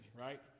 right